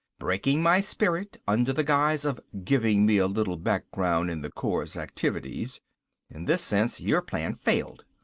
breaking my spirit under the guise of giving me a little background in the corps activities in this sense your plan failed.